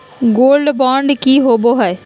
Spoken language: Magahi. गोल्ड बॉन्ड की होबो है?